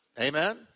Amen